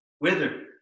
wither